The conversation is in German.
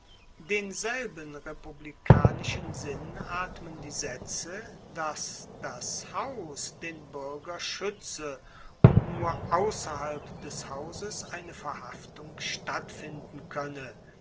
denselben republikanischen sinn atmen die saetze dass das haus den buerger schuetze und nur ausserhalb des hauses eine verhaftung stattfinden koenne